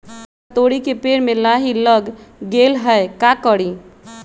हमरा तोरी के पेड़ में लाही लग गेल है का करी?